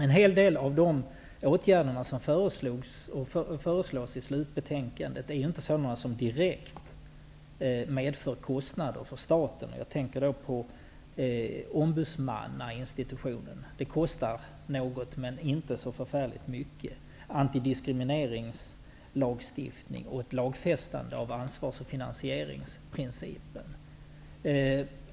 En hel del av de åtgärder som föreslås i slutbetänkandet är inte sådana som direkt medför kostnader för staten. Jag tänker på ombudsmannainstitutionen. Det här kostar något, men inte så förfärligt mycket. Jag tänker även på detta med en antidiskrimineringslagstiftning och ett lagfästande av ansvars och finansieringsprincipen.